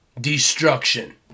destruction